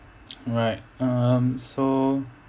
right um so